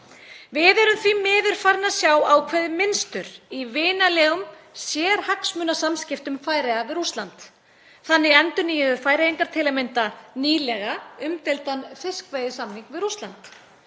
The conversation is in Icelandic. Við erum því miður farin að sjá ákveðið mynstur í vinalegum sérhagsmunasamskiptum Færeyja við Rússland. Þannig endurnýjuðu Færeyingar til að mynda nýlega umdeildan fiskveiðisamning við Rússland.